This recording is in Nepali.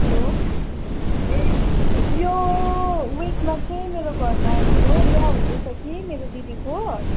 हेलो ए यो विकमा चाहिँ मेरो घरमा ठुलो बिहा हुँदैछ कि मेरो दिदीको